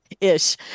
ish